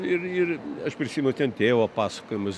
ir ir aš prisiminu ten tėvo pasakojimus